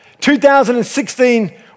2016